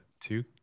two